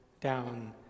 down